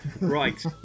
Right